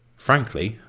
frankly,